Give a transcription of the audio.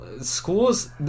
schools